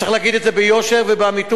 צריך להגיד את זה ביושר ובאמיתות,